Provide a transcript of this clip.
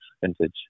vintage